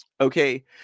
okay